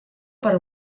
per